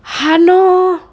!hannor!